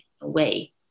away